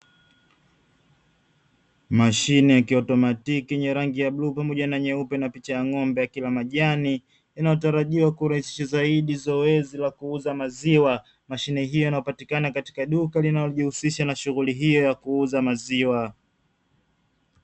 Mashine ya kiutomatiki yenye rangi ya bluu pamoja na nyeupe na picha ya ng'ombe akila majani, inayotarajiwa kurahisisha zaidi zoezi la kuuza maziwa. Mashine hiyo inapatikana katika duka linalojihusisha na shughuli hiyo ya kuuza maziwa.